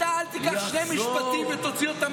אתה לא יכול לעמוד שם ולצטט שם איזה קטע שלי ולהוציא אותו מהקשרו.